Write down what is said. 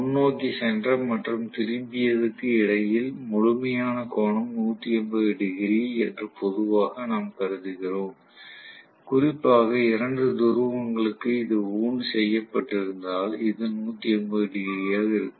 முன்னோக்கி சென்ற மற்றும் திரும்பியதுக்கு இடையில் முழுமையான கோணம் 180 டிகிரி என்று பொதுவாக நாம் கருதுகிறோம் குறிப்பாக இரண்டு துருவங்களுக்கு இது வூண்ட் செய்யப்பட்டிருந்தால் அது 180 டிகிரியாக இருக்கும்